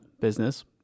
business